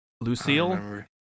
Lucille